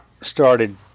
started